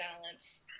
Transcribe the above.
balance